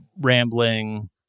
rambling